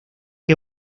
que